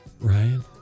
Ryan